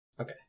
Okay